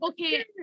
Okay